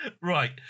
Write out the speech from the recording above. Right